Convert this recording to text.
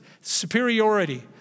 superiority